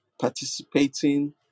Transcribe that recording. participating